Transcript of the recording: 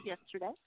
yesterday